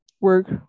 work